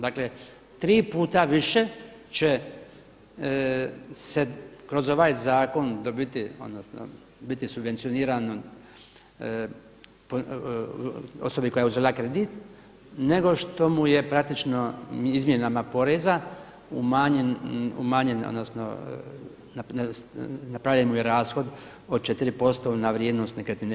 Dakle, tri puta više će se kroz ovaj zakon dobiti, odnosno biti subvencionirano osobi koja je uzela kredit nego što mu je praktično izmjenama poreza umanjeno odnosno napravljen mu je rashod od 4% na vrijednost nekretnine.